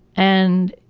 and,